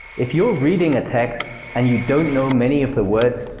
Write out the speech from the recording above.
if you're reading a text and you don't know many of the words,